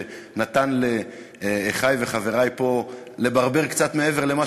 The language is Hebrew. שנתן לאחי וחברי פה לברבר קצת מעבר למה